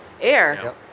air